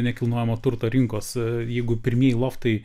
nekilnojamo turto rinkos jeigu pirmieji loftai